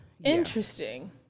interesting